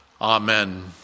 amen